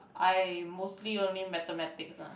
I mostly only mathematics ah